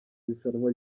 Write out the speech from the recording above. rushanwa